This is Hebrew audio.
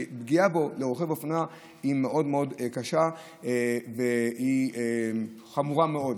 ופגיעה בו לרוכב אופנוע היא מאוד קשה והיא חמורה מאוד.